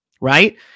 right